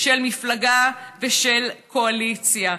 של מפלגה ושל קואליציה,